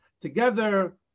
together